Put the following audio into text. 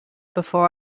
before